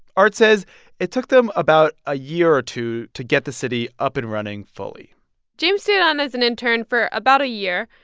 art says it took them about a year or two to get the city up and running fully james stayed on as an intern for about a year.